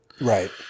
Right